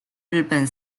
日本